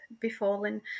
befallen